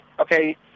okay